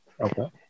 Okay